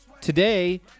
today